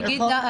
נכון.